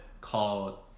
called